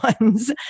ones